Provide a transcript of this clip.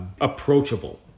approachable